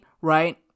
right